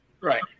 right